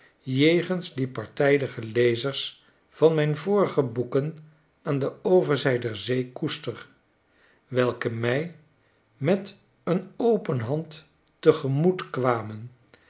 jegens die partijdige lezers van mijn vorige boeken aan de overzij der zee koester welke mij met een open hand te gemoet kwamen